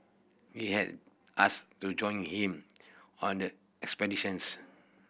he had asked to join him on the expedition